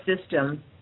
system